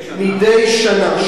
מדי שנה?